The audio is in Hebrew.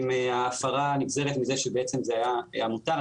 אם ההפרה נגזרת מזה שבעצם זה היה מותר.